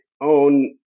own